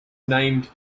named